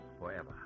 forever